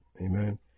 Amen